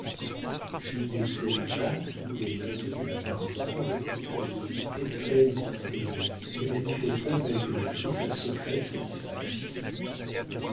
jules examina tous les meubles de l'appartement avec une curiosité pleine d'intérêt et manifesta malgré lui sa secrète satisfaction